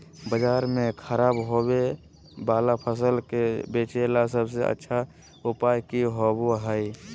बाजार में खराब होबे वाला फसल के बेचे ला सबसे अच्छा उपाय की होबो हइ?